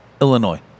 Illinois